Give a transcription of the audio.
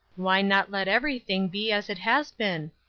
why not let everything be as it has been?